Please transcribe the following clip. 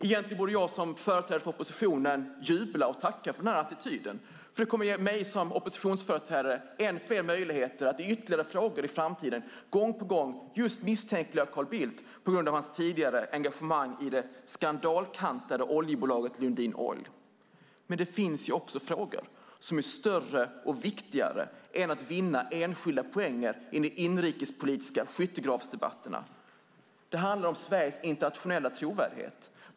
Egentligen borde jag som företrädare för oppositionen jubla och tacka för denna attityd, för det kommer att ge mig som oppositionsföreträdare ännu fler möjligheter att i ytterligare frågor i framtiden gång på gång misstänkliggöra Carl Bildt på grund av hans tidigare engagemang i det skandalkantade oljebolaget Lundin Oil. Det finns också frågor som är större och viktigare än att vinna enstaka poäng i de inrikespolitiska skyttegravsdebatterna. Det handlar om Sveriges internationella trovärdighet.